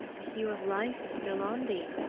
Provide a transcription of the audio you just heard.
the hue of life is still on thee,